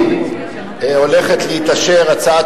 לרבות המערכות הבית-ספריות.